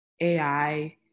AI